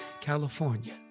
California